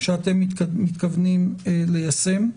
שאתם מתכוונים ליישם.